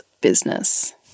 business